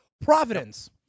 Providence